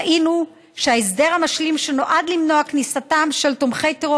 ראינו שההסדר המשלים שנועד למנוע את כניסתם של תומכי טרור